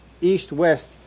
East-West